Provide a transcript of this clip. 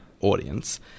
audience